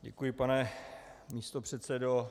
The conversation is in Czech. Děkuji, pane místopředsedo.